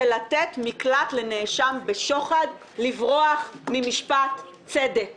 לתת מקלט לנאשם בשוחד לברוח ממשפט צדק.